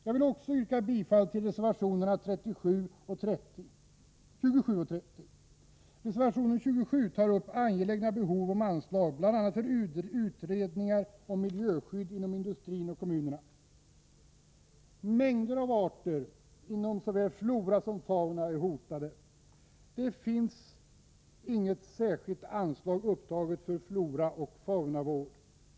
Jag vill också yrka bifall till reservationerna 27 och 30. I reservation 27 tas upp angelägna behov av anslag, bl.a. för utredningar om miljöskydd inom industrin och kommunerna. Mängder av arter inom såväl flora som fauna är hotade. Det finns inget särskilt anslag upptaget för Floraoch faunavård.